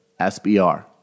SBR